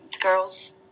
girls